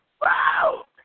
Wow